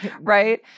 right